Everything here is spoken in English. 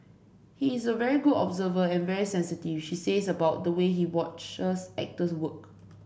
he is a very good observer and very sensitive she says about the way he watches actors work